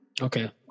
Okay